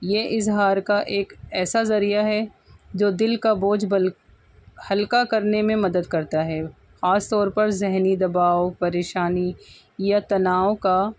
یہ اظہار کا ایک ایسا ذریعہ ہے جو دل کا بوجھ بل ہلکا کرنے میں مدد کرتا ہے خاص طور پر ذہنی دباؤ پریشانی یا تناؤ کا